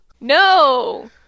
No